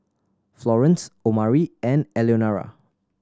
Florence Omari and Eleonora